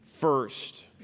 first